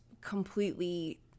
completely